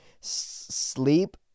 sleep